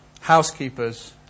housekeepers